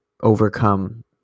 overcome